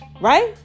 right